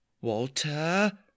Walter